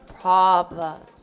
problems